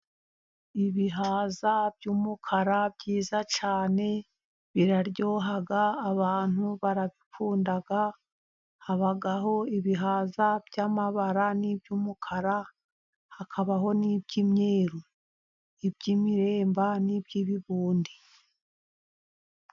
Ibihaza by'umukara byiza cyane biraryoha. Abantu barabikunda habaho ibihaza by'amabara n'iby'umukara, hakabaho n'iby'imyeru, iby'imiremba n'iby'ibihundi.